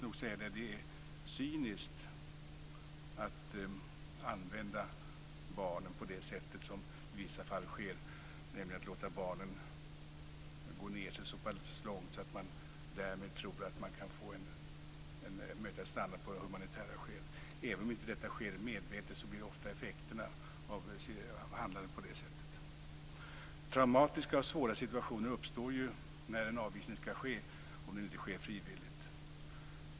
Det är cyniskt att använda barnen på det sätt som sker i vissa fall. Det är cyniskt att låta barnen gå ned sig så pass långt att man därmed tror att man kan få en möjlighet att stanna på grund av humanitära skäl. Även om detta inte sker medvetet blir det ofta effekten av att handla på det sättet. Traumatiska och svåra situationer uppstår ju när en avvisning skall ske, om det nu inte sker frivilligt.